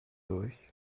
durch